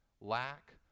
lack